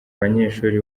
abanyeshuri